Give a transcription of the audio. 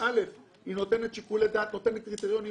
נותנת קריטריונים,